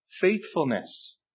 faithfulness